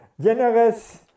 Generous